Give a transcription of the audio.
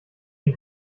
den